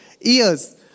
Ears